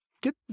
get